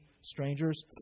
strangers